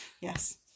Yes